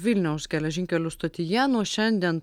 vilniaus geležinkelių stotyje nuo šiandien